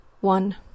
one